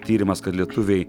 tyrimas kad lietuviai